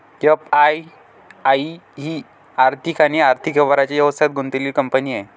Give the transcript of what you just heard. FI ही आर्थिक आणि आर्थिक व्यवहारांच्या व्यवसायात गुंतलेली कंपनी आहे